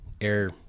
air